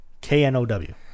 K-N-O-W